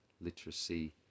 literacy